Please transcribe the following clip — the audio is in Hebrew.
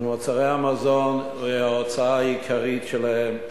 מוצרי המזון הם ההוצאה העיקרית שלהם.